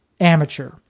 amateur